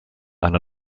and